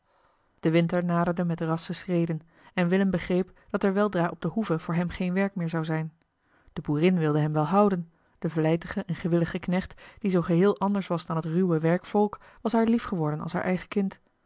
de winter naderde met rassche schreden en willem begreep dat er weldra op de hoeve voor hem geen werk meer zou zijn de boerin wilde hem wel houden de vlijtige en gewillige knecht die zoo geheel anders was dan het ruwe werkvolk was haar lief geworden als haar eigen kind